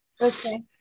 Okay